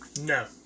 No